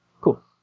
Cool